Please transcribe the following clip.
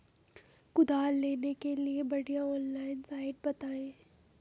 कुदाल लेने के लिए बढ़िया ऑनलाइन साइट बतायें?